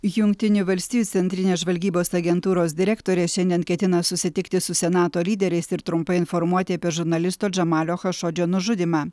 jungtinių valstijų centrinės žvalgybos agentūros direktorė šiandien ketina susitikti su senato lyderiais ir trumpai informuoti apie žurnalisto džamalio chašodžio nužudymą